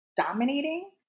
dominating